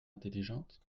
intelligente